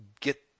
get